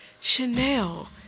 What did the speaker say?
Chanel